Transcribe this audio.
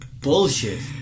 Bullshit